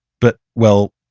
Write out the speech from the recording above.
but, well,